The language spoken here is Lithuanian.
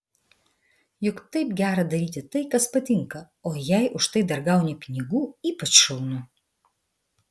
juk taip gera daryti tai kas patinka o jei už tai dar gauni pinigų ypač šaunu